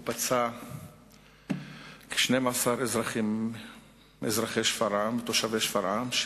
הוא פצע כ-12 אזרחים תושבי שפרעם,